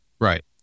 right